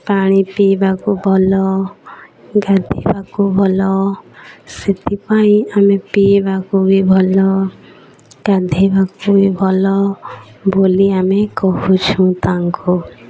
ପାଣି ପିଇବାକୁ ଭଲ ଗାଧେଇବାକୁ ଭଲ ସେଥିପାଇଁ ଆମେ ପିଇବାକୁ ବି ଭଲ ଗାଧେଇବାକୁ ବି ଭଲ ବୋଲି ଆମେ କହୁଛୁ ତାଙ୍କୁ